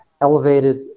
elevated